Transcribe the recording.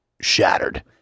shattered